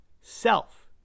self